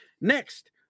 Next